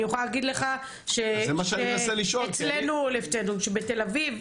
בתל אביב,